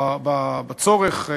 בצורך,